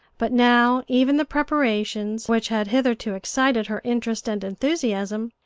but now even the preparations, which had hitherto excited her interest and enthusiasm,